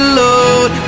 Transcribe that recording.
load